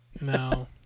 No